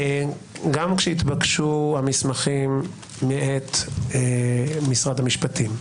גם כשהתבקשו המסמכים מאת משרד המשפטים,